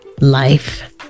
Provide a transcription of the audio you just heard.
life